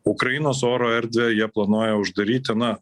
ukrainos oro erdvę jie planuoja uždaryti na